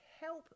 help